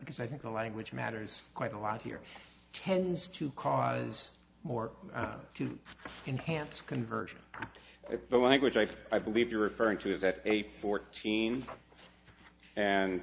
because i think the language matters quite a lot here tends to cause more to inhance conversion if the language right i believe you're referring to is that a fourteen and